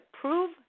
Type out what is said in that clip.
prove